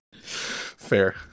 Fair